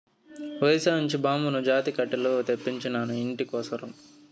ఒరిస్సా నుంచి బాంబుసా జాతి కట్టెలు తెప్పించినాను, ఇంటి కోసరం